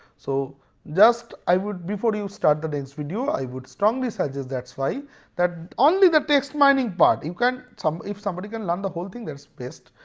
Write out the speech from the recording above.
so just i would before you start the next video, i would strongly suggest that is why that only the text mining part you can if somebody can learn the whole thing that is best.